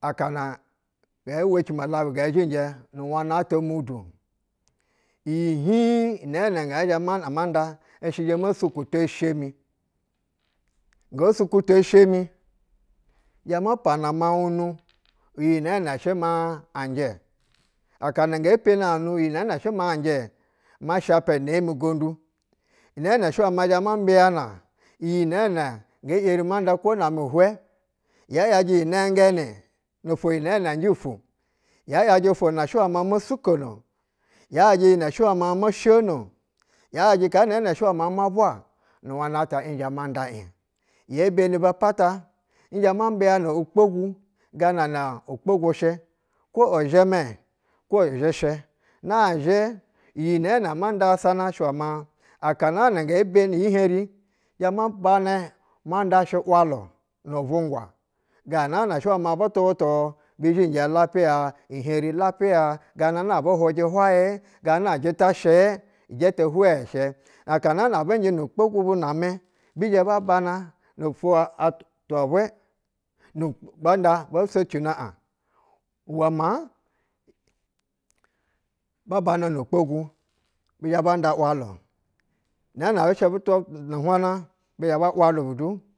Akana nge weci malabu nga zhijɛ nu wana ata mudu iyi hui nene mana ma nda i shɛ zhe mo suhotoo eshe go suhuto eshe mi zhe ma pana mawu nu nene shɛ maa a njɛ akana ngɛ peni ay nu n iyi shɛ maa a njɛ ma shapa ne mi goundu nene shɛ uwe zhe ma bɛyana yinene nge eri ma nda kwo name hwe ya yaje nengege no ofwo iyi nene je fuu ya ‘yajɛ ofo na shɛ we ma mob u kono ya yajɛ iyi ke she we ma moshono ya’ yajɛ kaa nene shɛ ule ma maa ma vwa n nata nzhe ma nda ye bani a pata n zhe mbiyana ukpo gu gam ana ukpogu shɛ hwo uzhimɛɛhwo uzhe shv na zhɛ iyi name ma nda sasana shɛ ge ben iyi heri nzhe ma banɛ ma nda shu walu nu vugwa gana na shɛ we ma butu utu bi zhinjɛ lapiya hyiheri lapiya ganana abu hujɛ hulaye nana jita shɛ je te shɛ na ka nana abu jɛ nu kpogu bun a ama bi zhe ba bana ofwo atwa vwe nu ban da bo socino an uwe maa ba bana nu kpogu bi zhe ban da welu nane bush abu twu nu hwana bi zha ba ulahu bu du.